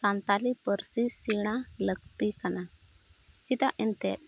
ᱥᱟᱱᱛᱟᱞᱤ ᱯᱟᱹᱨᱥᱤ ᱥᱮᱬᱟ ᱞᱟᱹᱠᱛᱤ ᱠᱟᱱᱟ ᱪᱮᱫᱟᱜ ᱮᱱᱛᱮᱫ